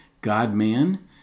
God-man